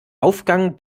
aufgang